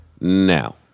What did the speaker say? Now